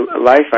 life